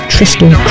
Tristan